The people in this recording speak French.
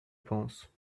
pense